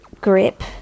grip